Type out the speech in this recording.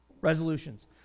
Resolutions